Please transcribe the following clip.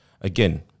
again